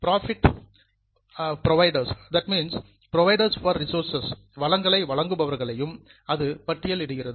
பொறுப்புகள் என அழைக்கப்படும் புரோவைடர்ஸ் பார் ரிசோர்சஸ் வளங்களை வழங்குபவர்களையும் இது பட்டியலிடுகிறது